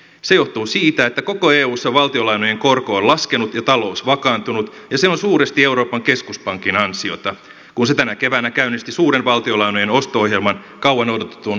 se johtuu siitä että koko eussa valtiolainojen korko on laskenut ja talous vakaantunut ja se on suuresti euroopan keskuspankin ansiota kun se tänä keväänä käynnisti suuren valtiolainojen osto ohjelman kauan odotetun rahapoliittisen elvytyksen